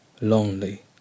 lonely